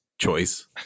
choice